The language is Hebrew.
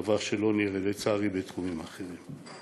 דבר שלא נראה, לצערי, בתחומים אחרים.